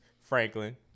Franklin